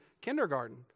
kindergarten